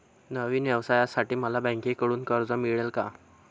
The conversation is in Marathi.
नवीन व्यवसायासाठी मला बँकेकडून कर्ज मिळेल का?